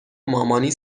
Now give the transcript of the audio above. مامانی